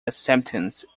acceptance